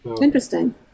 Interesting